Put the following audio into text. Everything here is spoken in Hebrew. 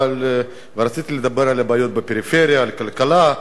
ורציתי לדבר על הבעיות בפריפריה ובכלכלה,